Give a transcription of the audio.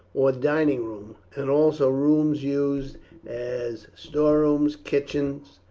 or dining room, and also rooms used as storerooms, kitchen,